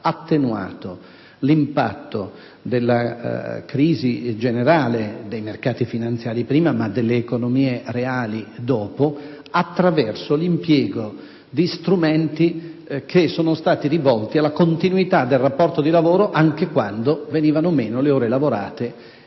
attenuato l'impatto della crisi generale, dei mercati finanziari prima e delle economie reali dopo, attraverso l'impiego di strumenti che sono stati rivolti alla continuità del rapporto di lavoro, anche quando venivano meno le ore lavorate